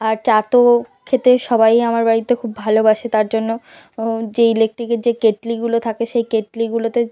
আর চা তো খেতে সবাই আমার বাড়িতে খুব ভালোবাসে তার জন্য ও যে ইলেকট্রিকের যে কেটলিগুলো থাকে সেই কেটলিগুলোতে